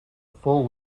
full